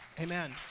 Amen